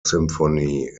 symphony